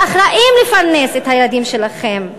ואחראים לפרנס את הילדים שלכם,